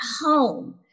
home